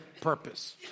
purpose